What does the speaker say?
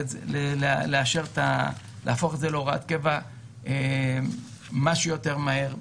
צריך להפוך את זה להוראת קבע כמה שיותר מהר.